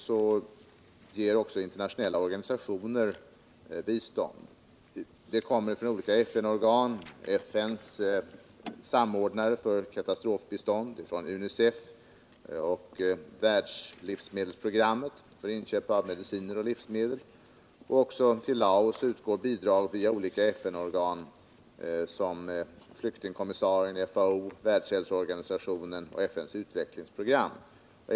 Även internationella organisationer ger bistånd, och hjälp kommer från olika FN-organ, FN:s samordnare för katastrofbistånd, UNICEF och Världslivsmedelsprogrammet, för inköp av mediciner och livsmedel. Också till Laos utgår bidrag via olika FN-organ såsom Flyktingkommissarien, FAO, Världshälsoorganisationen och FN:s utvecklingsprogram.